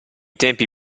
tempi